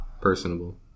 personable